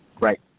Right